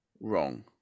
wrong